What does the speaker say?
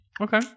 Okay